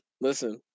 listen